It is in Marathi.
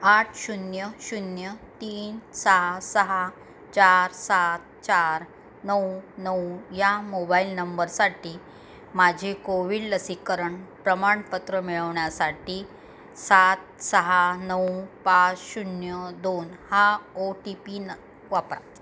आठ शून्य शून्य तीन सहा सहा चार सात चार नऊ नऊ या मोबाईल नंबरसाठी माझे कोविड लसीकरण प्रमाणपत्र मिळवण्यासाठी सात सहा नऊ पाच शून्य दोन हा ओ टी पीन वापरा